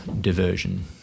diversion